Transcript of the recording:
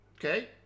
Okay